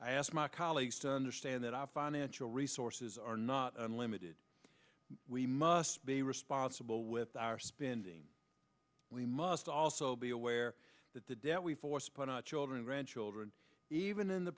i ask my colleagues to understand that our financial resources are not unlimited we must be responsible with our spending we must also be aware that the debt we force upon our children grandchildren even in the